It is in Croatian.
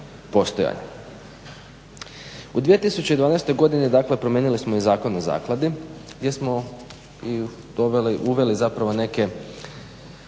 U 2012.godini promijenili smo i Zakon o zakladi gdje smo uveli neke